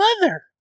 mother